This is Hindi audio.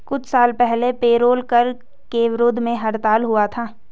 कुछ साल पहले पेरोल कर के विरोध में हड़ताल हुआ था